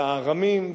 והארמים,